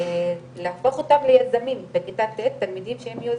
ולהפוך אותם ליזמים בכיתה ט' תלמידים שיהיו יוזמים,